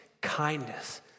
kindness